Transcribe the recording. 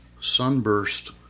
Sunburst